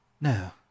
no